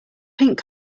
pink